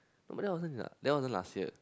but that wasn't this year ah that wasn't last year